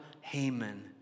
Haman